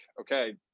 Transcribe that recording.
okay